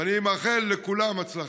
ואני מאחל לכולם בהצלחה,